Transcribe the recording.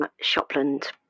Shopland